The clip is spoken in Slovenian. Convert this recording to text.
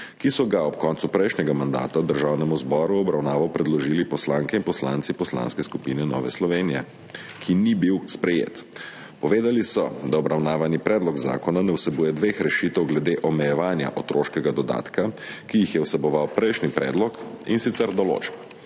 ki so ga ob koncu prejšnjega mandata Državnemu zboru v obravnavo predložili poslanke in poslanci Poslanske skupine Nova Slovenija, ki ni bil sprejet. Povedali so, da obravnavani predlog zakona ne vsebuje dveh rešitev glede omejevanja otroškega dodatka, ki jih je vseboval prejšnji predlog, in sicer določb,